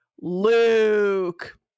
Luke